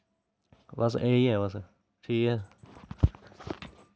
बस एह् ही ऐ बस ठीक ऐ